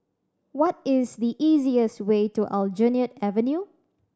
what is the easiest way to Aljunied Avenue